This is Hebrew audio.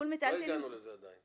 לא הגענו לזה עדיין.